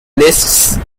lists